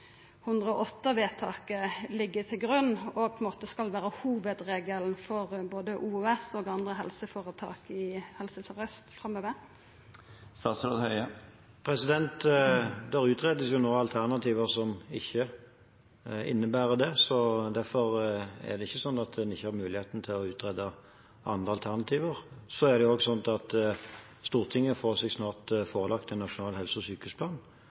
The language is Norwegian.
dette vedtaket frå 2008 faktisk er styrande. Kan statsråden bekrefta eller avkrefta at dette 108-vedtaket ligg til grunn og på ein måte skal vera hovudregelen for både OUS og andre helseføretak i Helse Sør-Aust framover? Det utredes jo nå alternativer som ikke innebærer det, derfor er det ikke sånn at en ikke har mulighet til å utrede andre alternativer. Så er det også slik at Stortinget snart får seg forelagt en nasjonal helse- og sykehusplan,